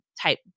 type